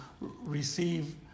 receive